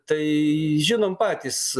tai žinom patys